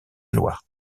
loire